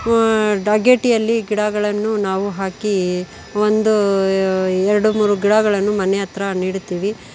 ಅಗೇಟಿಯಲ್ಲಿ ಗಿಡಗಳನ್ನು ನಾವು ಹಾಕಿ ಒಂದು ಎರಡು ಮೂರು ಗಿಡಗಳನ್ನು ಮನೆ ಹತ್ರ ನೆಡ್ತಿವಿ